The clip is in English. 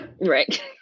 Right